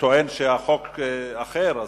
שטוען שהחוק אחר.